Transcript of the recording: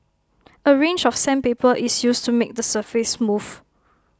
A range of sandpaper is used to make the surface smooth